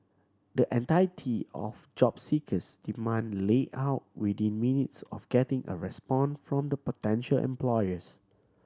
the entirety of job seeker's demand lay out within minutes of getting a respond from the potential employers